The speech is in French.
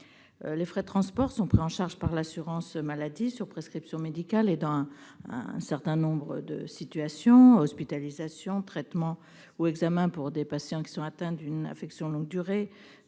Ces frais de transport sont pris en charge par l'assurance maladie sur prescription médicale, et dans un certain nombre de situations : hospitalisations, traitements ou examens pour des patients qui sont atteints d'une affection de longue durée